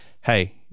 hey